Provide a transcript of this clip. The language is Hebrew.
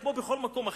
כמו בכל מקום אחר,